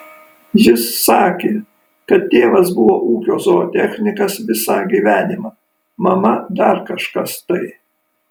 jis sakė kad tėvas buvo ūkio zootechnikas visą gyvenimą mama dar kažkas tai